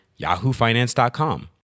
yahoofinance.com